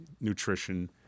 nutrition